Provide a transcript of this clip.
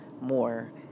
more